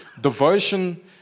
Devotion